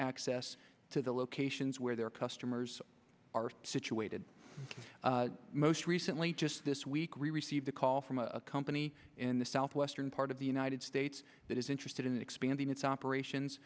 access to the locations where their customers are situated and most recently just this week we received a call from a company in the southwestern part of the united states that is interested in expanding its operations